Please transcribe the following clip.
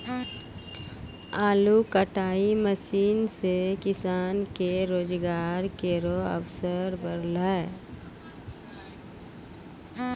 आलू कटाई मसीन सें किसान के रोजगार केरो अवसर बढ़लै